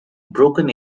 broken